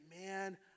man